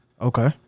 Okay